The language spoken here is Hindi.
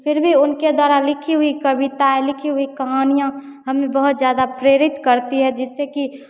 फिर भी उनके द्वारा लिखी गई कविताएँ लिखी हुई कहानियाँ हमें बहुत ज़्यादा प्रेरित करती हैं जिससे कि हम